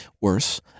Worse